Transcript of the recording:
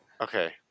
Okay